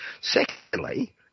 Secondly